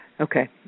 Okay